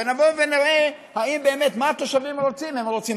ונבוא ונראה באמת מה התושבים רוצים,